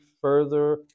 further